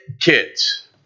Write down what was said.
kids